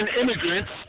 immigrants